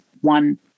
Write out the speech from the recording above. one